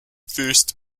first